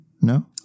No